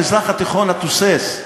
המזרח התיכון התוסס.